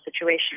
situation